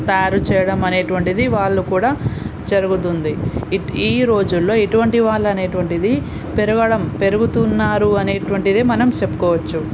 తయారుచేయడం అనేటివంటిది వాళ్ళు కూడా జరుగుతుంది ఇట్ ఈ రోజుల్లో ఇటువంటి వాళ్ళు అనేటువంటిది పెరగడం పెరుగుతున్నారు అనేటువంటిదే మనం చెప్పుకోవచ్చు